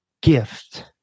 gift